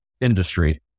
industry